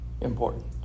important